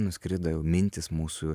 nuskrido jau mintys mūsų